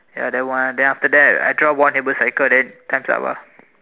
ya that one then after that I draw one ever cycle then times up lah